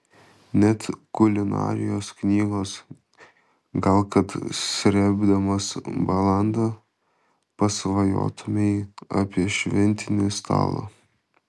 net kulinarijos knygos gal kad srėbdamas balandą pasvajotumei apie šventinį stalą